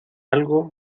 algo